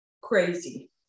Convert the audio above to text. Crazy